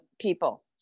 people